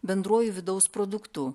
bendruoju vidaus produktu